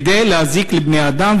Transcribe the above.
כדי להזיק לבני-אדם,